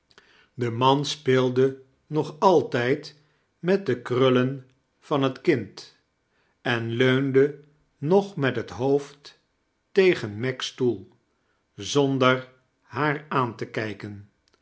de man speelde nog altijd met de krullen van het kind en leunde nog met het hoofd tegen meg's stoel zonder haar aan te kijken